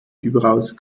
überaus